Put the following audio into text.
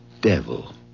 devil